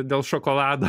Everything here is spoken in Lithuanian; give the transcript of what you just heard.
dėl šokolado